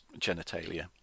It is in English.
genitalia